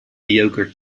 yogurt